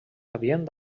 havien